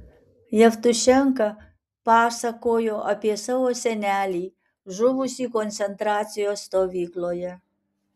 jevtušenka pasakojo apie savo senelį žuvusį koncentracijos stovykloje